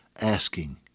asking